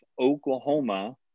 Oklahoma